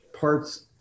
parts